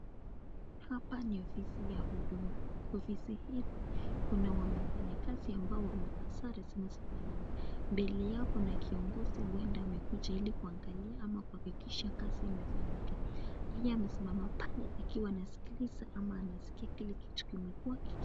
Hapa ni ofisi ya huduma ofisi hii kuna wafanyikazi ambao wamefaa sare zinazofana mbele yao kuna kiongizi uenda amekuja kuangalia ama kuhakikisha kazi imefanyika, yeye amesimama pale akiwa anasikiliza ama kusikia kile kitu kimekuwa.